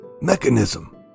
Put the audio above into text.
mechanism